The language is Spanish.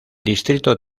distrito